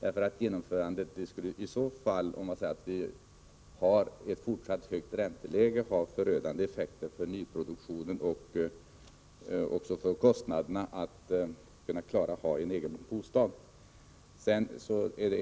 Ett genomförande skulle — om vi har ett fortsatt högt ränteläge — ha förödande effekter på nyproduktionen och även på kostnaderna för att ha en egen bostad.